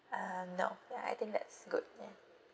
uh no ya I think that's good ya